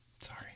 sorry